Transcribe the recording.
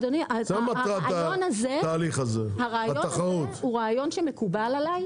אדוני הרעיון הזה הוא רעיון שמקובל עליי,